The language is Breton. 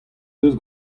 deus